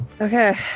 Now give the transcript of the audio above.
Okay